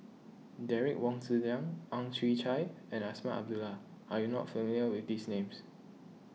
Derek Wong Zi Liang Ang Chwee Chai and Azman Abdullah are you not familiar with these names